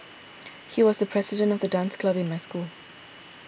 he was the president of the dance club in my school